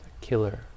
killer